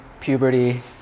puberty